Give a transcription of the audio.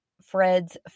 Fred's